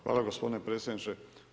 Hvala gospodine predsjedniče.